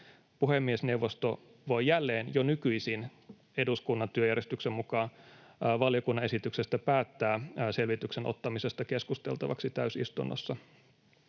Puhemiesneuvosto voi” — jälleen jo nykyisin — ”eduskunnan työjärjestyksen mukaan valiokunnan esityksestä päättää selvityksen ottamisesta keskusteltavaksi täysistunnossa.”